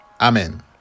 amen